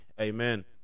Amen